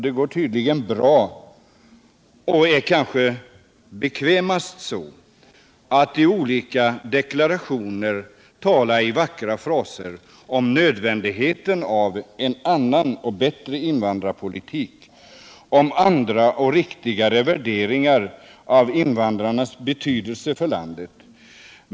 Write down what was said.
Det går tydligen bra — och är kanske bekvämast så — att i olika deklarationer tala i vackra fraser om nödvändigheten av en annan och bättre invandrarpolitik samt om andra och riktigare värderingar av invandrarnas betydelse för landet.